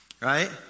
right